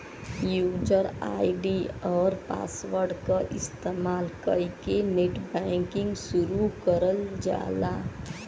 user ID आउर password क इस्तेमाल कइके नेटबैंकिंग शुरू करल जाला